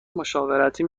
مشاورتی